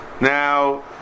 Now